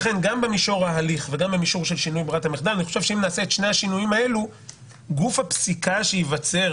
אני חושב שאם נעשה את שני השינויים האלה גוף הפסיקה שייווצר